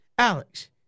Alex